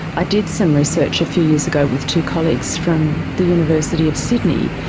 i did some research a few years ago with two colleagues from the university of sydney,